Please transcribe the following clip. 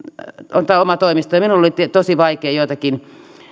ottaa omaan toimistoon ja minulle oli tosi vaikeaa joitakin